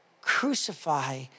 crucify